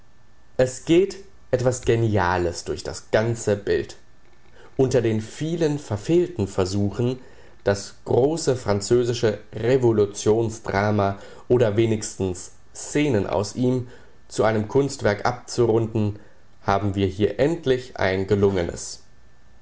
es geht was geniales durch das ganze bild unter den vielen verfehlten versuchen das große französische revolutions drama oder wenigstens szenen aus ihm zu einem kunstwerk abzurunden haben wir hier endlich ein gelungenes